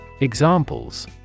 Examples